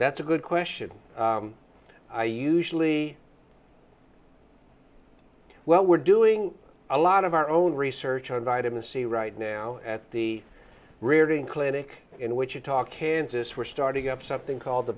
that's a good question i usually well we're doing a lot of our own research on vitamin c right now at the riordan clinic in wichita kansas we're starting up something called the